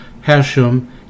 Hashem